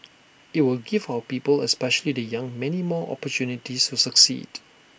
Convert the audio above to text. IT will give our people especially the young many more opportunities to succeed